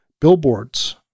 billboards